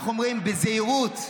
איך אומרים, בזהירות: